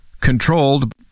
controlled